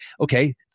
okay